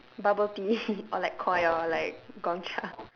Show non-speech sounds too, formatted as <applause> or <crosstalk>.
bubble tea <laughs> or like koi or like gongcha <laughs>